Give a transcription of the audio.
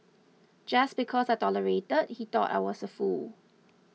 just because I tolerated he thought I was a fool